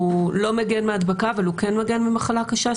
הוא לא מגן מהדבקה אבל הוא כן מגן ממחלה קשה?